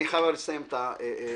אני חייב לסיים את ההקראה.